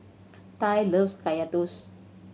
Tai loves Kaya Toast